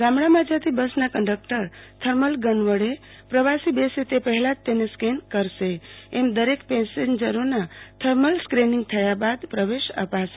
ગામડામાં જકી બસના કંડક્ટર થર્મલ ગન વડે પ્રવાસી બેસે તે પહેલા જ તેને સ્કેન કરાશે એમ દરેક પેસેન્જરોના થર્મલ સ્કિનીંગ બાદ પ્રવાશ અપાશે